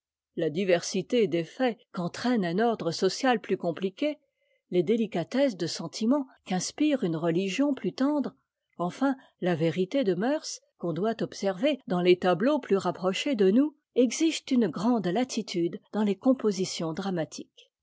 la diversité des faits qu'entraîne un ordre social plus compliqué les délicatesses de sentiment qu'inspire une religion plus tendre enfin la vérité de mœurs qu'on doit observer dans les tableaux plus rapprochés de nous exigent une grande latitude dans les compositions dramatiques